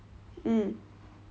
mm